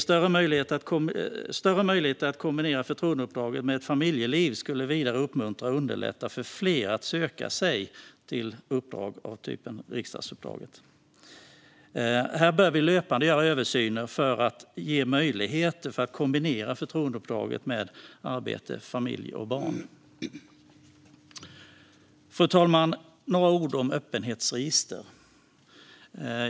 Större möjligheter att kombinera förtroendeuppdraget med ett familjeliv skulle vidare uppmuntra och underlätta för fler att söka sig till uppdrag av den typ som riksdagsuppdraget är. Vi bör löpande göra översyner för att ge möjligheter att kombinera förtroendeuppdraget med arbete, familj och barn. Fru talman! Jag vill säga några ord om öppenhetsregister.